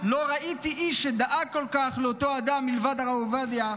לא ראיתי איש שדאג כל כך לאותו אדם מלבד הרב עובדיה,